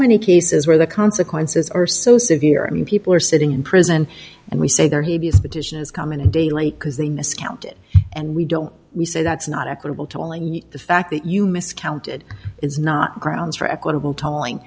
many cases where the consequences are so severe i mean people are sitting in prison and we say there he is petition is coming a day late because they miscounted and we don't say that's not equitable tolling the fact that you miscounted is not grounds for equitable tolling